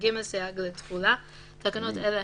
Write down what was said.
סייג לתחולה 2ג. תקנות אלה